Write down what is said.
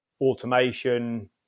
automation